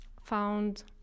Found